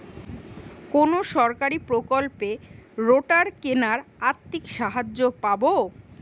কোন সরকারী প্রকল্পে রোটার কেনার আর্থিক সাহায্য পাব?